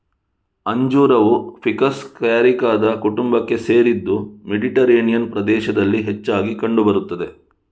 ಅಂಜೂರವು ficus ಕ್ಯಾರಿಕಾದ ಕುಟುಂಬಕ್ಕೆ ಸೇರಿದ್ದು ಮೆಡಿಟೇರಿಯನ್ ಪ್ರದೇಶದಲ್ಲಿ ಹೆಚ್ಚಾಗಿ ಕಂಡು ಬರುತ್ತದೆ